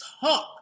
talk